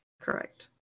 Correct